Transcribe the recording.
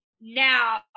now